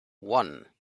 one